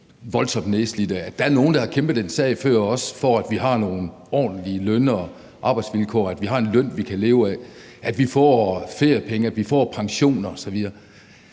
voldsomt nedslidte; at der er nogle, der før os har kæmpet for, at vi har nogle ordentlige løn- og arbejdsvilkår; at vi har en løn, vi kan leve af; at vi får feriepenge, pension osv.